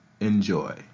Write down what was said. Enjoy